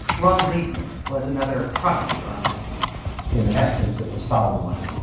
ron liebman was another prosecutor on that team in essence it was follow the money,